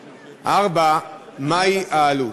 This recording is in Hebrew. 4. מה היא העלות?